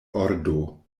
ordo